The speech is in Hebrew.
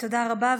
תודה רבה.